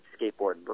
skateboard